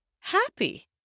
happy